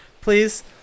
please